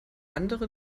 andere